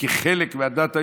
כחלק מהדת היהודית,